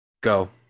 go